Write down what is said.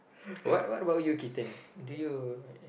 what what what about you kitten do you